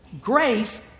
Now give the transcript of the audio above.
Grace